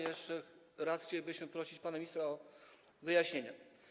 Jeszcze raz chcielibyśmy prosić pana ministra o wyjaśnienie.